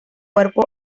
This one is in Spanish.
cuerpo